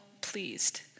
pleased